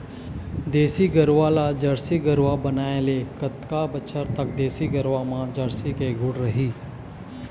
देसी गरवा ला जरसी गरवा बनाए ले कतका बछर तक देसी गरवा मा जरसी के गुण रही?